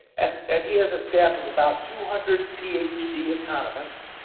and and he has a staff of about two hundred ph d. economists,